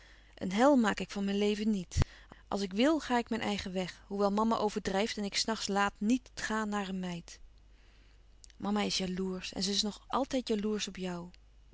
een hel maak ik van mijn leven niet als ik wil ga ik mijn eigen weg hoewel mama overdrijft en ik s nachts laat niet ga naar een meid mama is jaloersch en ze is nog altijd jaloersch op jou